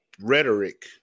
rhetoric